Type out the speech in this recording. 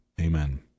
Amen